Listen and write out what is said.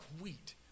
wheat